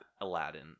Aladdin